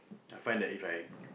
I find that If I